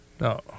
No